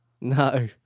no